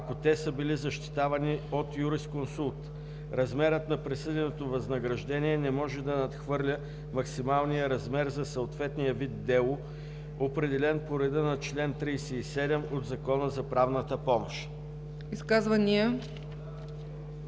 ако те са били защитавани от юрисконсулт. Размерът на присъденото възнаграждение не може да надхвърля максималния размер за съответния вид дело, определен по реда на чл. 37 от Закона за правната помощ.“